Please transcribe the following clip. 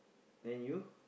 then you